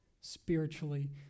spiritually